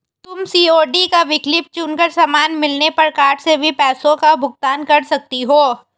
तुम सी.ओ.डी का विकल्प चुन कर सामान मिलने पर कार्ड से भी पैसों का भुगतान कर सकती हो